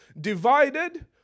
divided